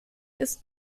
ist